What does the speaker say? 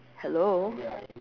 hello